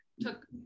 took